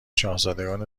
شاهزادگان